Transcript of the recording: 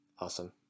Awesome